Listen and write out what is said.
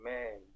Man